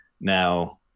now